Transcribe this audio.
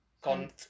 gone